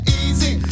easy